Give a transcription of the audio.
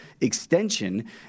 extension